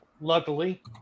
Luckily